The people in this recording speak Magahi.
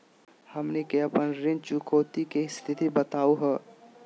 हमनी के अपन ऋण चुकौती के स्थिति बताहु हो?